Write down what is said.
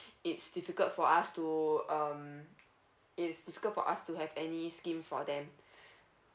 it's difficult for us to um it's difficult for us to have any schemes for them